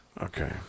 Okay